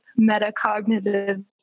metacognitive